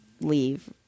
leave